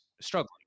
struggling